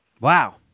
Wow